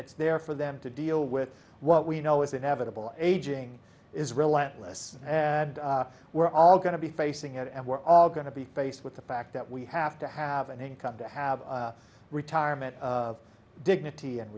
it's there for them to deal with what we know is inevitable aging is relentless and we're all going to be facing it and we're going to be faced with the fact that we have to have an income to have a retirement of dignity and